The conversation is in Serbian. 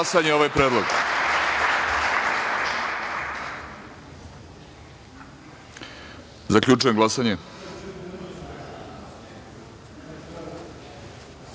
ovaj predlog. Zaključujem glasanje: